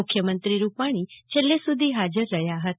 મુખ્યમંત્રી રૂપાણી છેલ્લે સુધી હાજર રહ્યા હતા